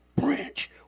branch